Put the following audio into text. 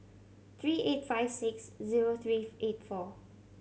three eight five six zero three eight four